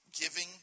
giving